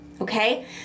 okay